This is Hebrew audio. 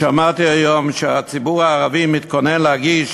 שמעתי היום שהציבור הערבי מתכונן להגיש